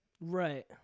Right